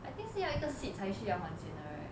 I think 是要一个 seat 才需要还钱的 right